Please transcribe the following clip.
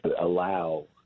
allow